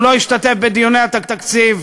הוא לא השתתף בדיוני התקציב,